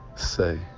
say